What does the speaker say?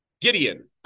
Gideon